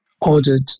ordered